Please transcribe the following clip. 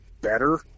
better